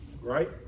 right